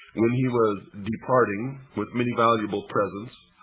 when he was departing, with many valuable presents,